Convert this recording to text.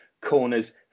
corners